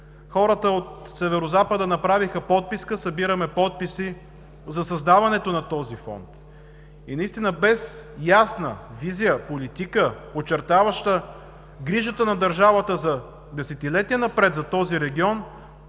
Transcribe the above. Хората от Северозапада направиха подписка и събираме подписи за създаването на този фонд. Без ясна визия, политика, очертаваща грижата на държавата за десетилетия напред за този регион,